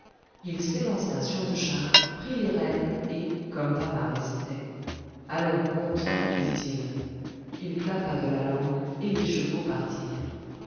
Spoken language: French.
il s'élança sur le char prit les rênes et comme thamar hésitait allons monte dit-il il clappa de la langue et les chevaux partirent